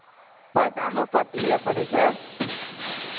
पहचानो पत्र लिअ पड़ै छै